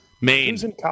Maine